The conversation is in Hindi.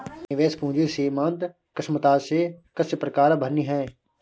निवेश पूंजी सीमांत क्षमता से किस प्रकार भिन्न है?